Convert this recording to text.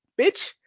bitch